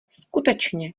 skutečně